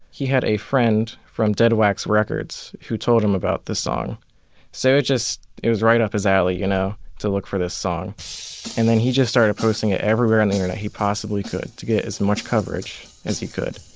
he had a friend from dead wax records who told him about the song sarah just it was right up his alley you know to look for this song and then he just started posting it everywhere and then and he possibly could get as much coverage as he could.